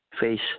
face